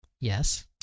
Yes